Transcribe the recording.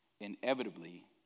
inevitably